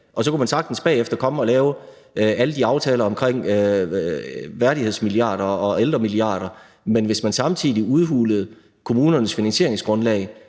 Så kunne man sagtens komme bagefter og lave alle de aftaler om værdighedsmilliarder og ældre milliarder, men hvis man samtidig udhulede kommunernes finansieringsgrundlag,